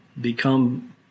become